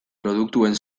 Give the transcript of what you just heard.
produktuen